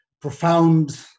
profound